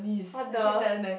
what the